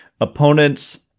Opponents